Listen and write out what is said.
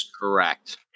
correct